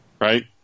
right